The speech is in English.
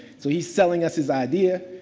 so, he's selling us his idea.